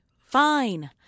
Fine